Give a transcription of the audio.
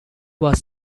was